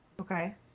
Okay